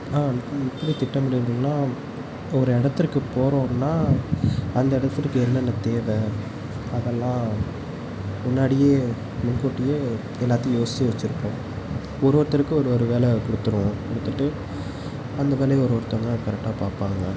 ஆ ம் எப்படி திட்டமிடணுன்னால் இப்போ ஒரு இடத்திற்கு போகிறோன்னா அந்த இடத்திற்கு என்னென்ன தேவை அதெல்லாம் முன்னாடியே முன்கூட்டியே எல்லாத்தையும் யோசித்து வெச்சுருப்போம் ஒரு ஒருத்தருக்கும் ஒரு ஒரு வேலை கொடுத்துருவோம் கொடுத்துட்டு அந்த வேலையை ஒரு ஒருத்தங்களாக கரெக்டாக பார்ப்பாங்க